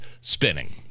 spinning